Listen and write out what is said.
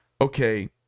okay